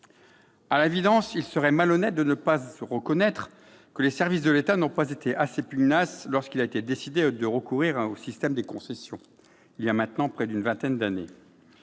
À l'évidence, il serait malhonnête de ne pas reconnaître que les services de l'État n'ont pas été assez pugnaces lorsqu'il a été décidé, il y a maintenant près d'une vingtaine d'années,